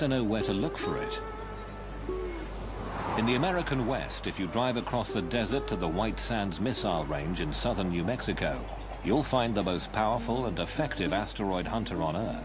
to know where to look for it in the american west if you drive across the desert to the white sands missile range in southern new mexico you'll find the most powerful and effective asteroid hunter on a